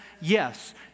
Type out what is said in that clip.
yes